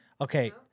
Okay